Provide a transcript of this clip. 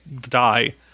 die